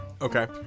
Okay